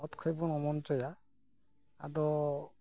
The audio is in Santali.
ᱚᱛ ᱠᱷᱚᱱ ᱵᱚᱱ ᱚᱢᱚᱱ ᱦᱚᱪᱚᱭᱟ ᱟᱫᱚ